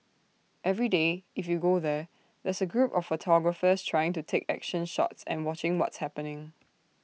every day if you go there there's A group of photographers trying to take action shots and watching what's happening